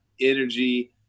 energy